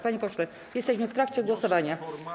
Panie pośle, jesteśmy w trakcie głosowania.